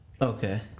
Okay